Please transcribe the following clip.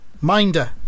Minder